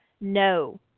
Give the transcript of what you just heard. No